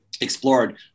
explored